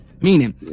Meaning